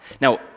Now